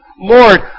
Lord